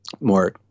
More